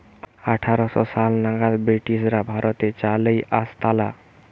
আঠার শ সাল নাগাদ ব্রিটিশরা ভারতে চা লেই আসতালা